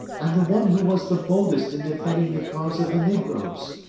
and the one who was the boldest in defending the cause of the negroes.